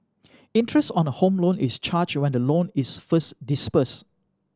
interest on a Home Loan is charge when the loan is first disbursed